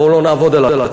בוא לא נעבוד על עצמנו.